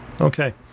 Okay